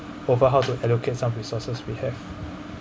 over how to allocate some resources we have